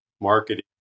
marketing